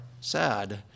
sad